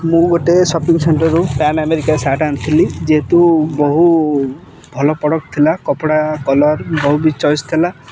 ମୁଁ ଗୋଟେ ସପିଂ ସେଣ୍ଟରରୁ ପ୍ୟାନ୍ ଆମେରିକା ସାର୍ଟ ଆଣିଥିଲି ଯେହେତୁ ବହୁ ଭଲ ପ୍ରଡ଼କ୍ଟ ଥିଲା କପଡ଼ା କଲର୍ ବହୁ ବି ଚଏସ୍ ଥିଲା